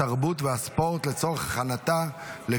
התרבות והספורט נתקבלה.